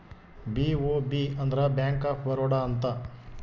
BOB ಅಂದ್ರ bank of Baroda ಅಂತ